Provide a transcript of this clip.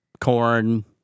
corn